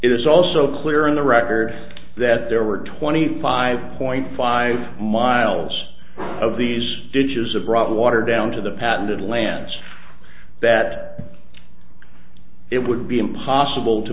is also clear in the record that there were twenty five point five miles of these ditches of rock water down to the patented lands that it would be impossible to